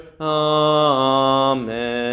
Amen